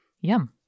Yum